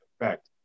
effect